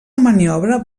maniobra